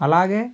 అలాగే